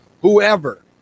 whoever